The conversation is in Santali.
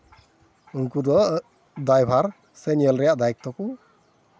ᱩᱱᱠᱩ ᱫᱚ ᱫᱟᱭᱵᱷᱟᱨ ᱥᱮ ᱧᱮᱞ ᱨᱮᱭᱟᱜ ᱫᱟᱭᱤᱛᱛᱚ ᱠᱚ